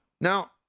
Now